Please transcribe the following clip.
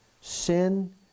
Sin